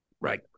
Right